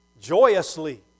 joyously